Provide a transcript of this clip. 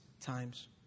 times